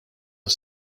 are